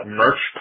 merch